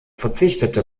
verzichtete